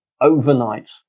overnight